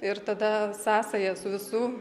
ir tada sąsaja su visu